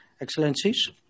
Excellencies